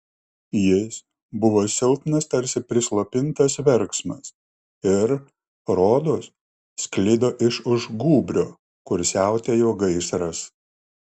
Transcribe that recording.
jis buvo silpnas tarsi prislopintas verksmas ir rodos sklido iš už gūbrio kur siautėjo gaisras